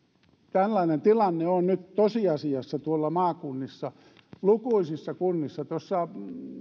tällainen tilanne on nyt tosiasiassa tuolla maakunnissa lukuisissa kunnissa tuossa